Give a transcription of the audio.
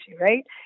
right